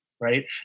right